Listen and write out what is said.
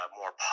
more